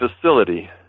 facility